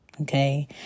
okay